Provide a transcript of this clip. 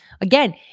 Again